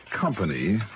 company